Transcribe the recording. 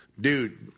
dude